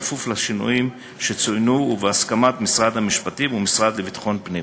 בכפוף לשינויים שצוינו ובהסכמת משרד המשפטים והמשרד לביטחון פנים.